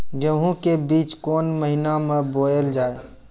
गेहूँ के बीच कोन महीन मे बोएल जाए?